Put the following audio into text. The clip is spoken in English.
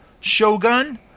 Shogun